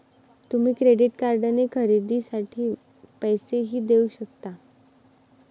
तुम्ही क्रेडिट कार्डने खरेदीसाठी पैसेही देऊ शकता